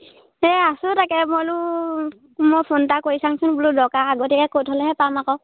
এই আছোঁ তাকে মই বোলো মই ফোন এটা কৰি চাওচোন বোলো দৰকাৰ আগতীয়াকৈ কৈ থ'লেহে পাম আকৌ